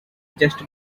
just